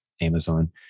Amazon